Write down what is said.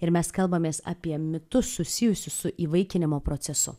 ir mes kalbamės apie mitus susijusius su įvaikinimo procesu